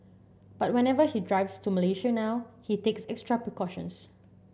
but whenever he drives to Malaysia now he takes extra precautions